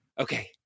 Okay